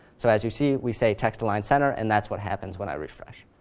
so as you see, we say text-align center, and that's what happens when i refresh.